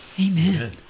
Amen